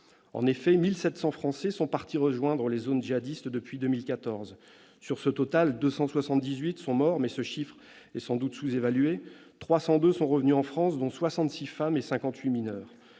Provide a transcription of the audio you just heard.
En effet, 1 700 Français sont partis rejoindre les zones djihadistes depuis 2014. Sur ce total, 278 sont morts, mais ce chiffre est probablement sous-évalué ; 302 sont revenus en France, dont 66 femmes et 58 mineurs.